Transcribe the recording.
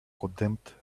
contempt